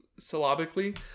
Syllabically